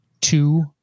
two